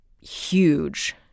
huge